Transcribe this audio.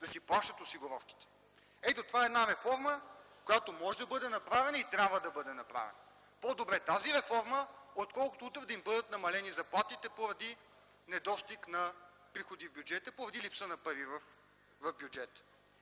да си плащат осигуровките – това е реформа, която може и трябва да бъде направена! По-добре тази реформа, отколкото утре да им бъдат намалени заплатите поради недостиг на приходи, поради липса на пари в бюджета.